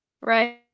Right